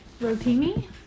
Rotini